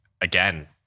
again